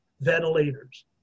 Ventilators